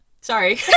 sorry